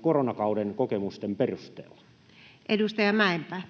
koronakauden kokemusten perusteella? Edustaja Mäenpää.